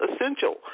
essential